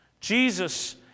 Jesus